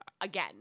again